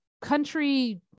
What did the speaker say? country